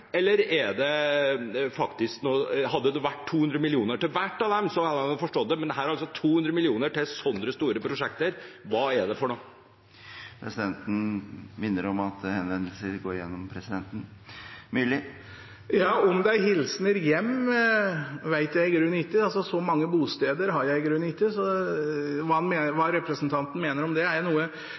eller? Hadde det vært 200 mill. kr til hver av dem, hadde jeg forstått det, men her er det altså 200 mill. kr til så store prosjekter. Hva er dette for noe? Presidenten minner om at all tale skal rettes til presidenten. Om det er hilsener hjem, vet jeg i grunnen ikke. Så mange bosteder har jeg ikke, så hva representanten mener med det, er jeg noe